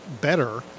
better